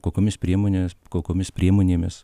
kokiomis priemonės kokiomis priemonėmis